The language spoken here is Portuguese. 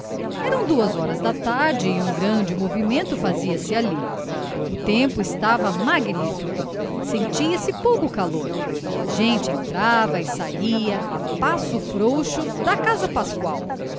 eram duas horas da tarde e um grande movimento fazia-se ali o tempo estava magnífico sentia-se pouco calor gente entrava e saia a passo frouxo da casa pascoal